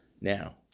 Now